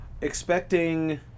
expecting